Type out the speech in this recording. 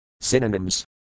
Synonyms